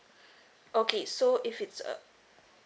okay so if it's uh